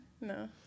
No